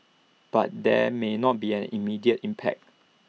but there may not be an immediate impact